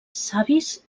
savis